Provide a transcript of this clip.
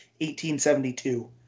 1872